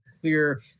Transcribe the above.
clear